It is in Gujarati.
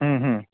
હં હં